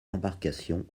l’embarcation